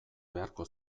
beharko